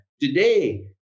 today